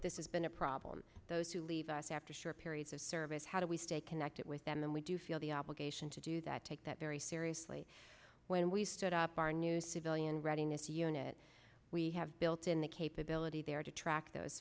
this is been a problem those who leave us after sure periods of service how do we stay connected with them then we do feel the obligation to do that take that very seriously when we set up our new civilian readiness unit we have built in the capability there to track those